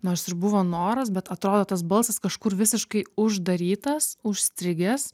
nors ir buvo noras bet atrodo tas balsas kažkur visiškai uždarytas užstrigęs